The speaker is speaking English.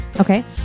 Okay